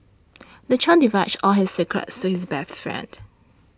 the child divulged all his secrets to his best friend